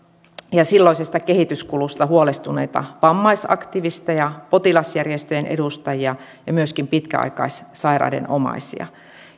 ja silloisesta kehityskulusta huolestuneita vammaisaktivisteja potilasjärjestöjen edustajia ja myöskin pitkäaikaissairaiden omaisia